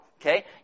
okay